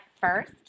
first